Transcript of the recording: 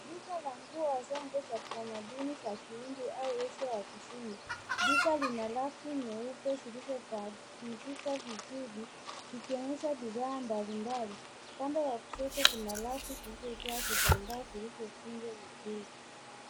Duka la nguo hasa nguo za kitamaduni za kihindi au wizi la kusini. Duka lina rafu nyeupe zilizokunjika vizuri zikionyesha bidhaa mbalimbali. Upande wa kushoto kuna rafu zilizojaa vitambaa vilivyokunjwa vizuri.